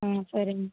సరేండి